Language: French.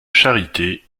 charité